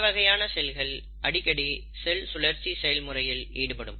இந்த வகையான செல்கள் அடிக்கடி செல் சுழற்சி செயல் முறையில் ஈடுபடும்